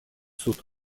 суд